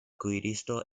kuiristo